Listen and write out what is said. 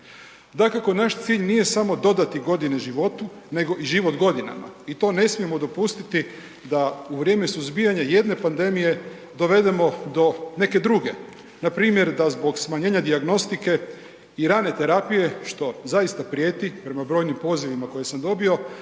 Dakako, naš cilj nije samo dodati godine životu nego i život godinama i to ne smijemo dopustiti da u vrijeme suzbijanja jedne pandemije dovedemo do neke druge. Npr. da zbog smanjenja dijagnostike i rane terapije što zaista prijeti prema brojnim pozivima koje sam dobio,